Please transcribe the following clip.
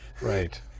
Right